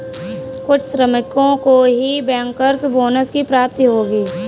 कुछ श्रमिकों को ही बैंकर्स बोनस की प्राप्ति होगी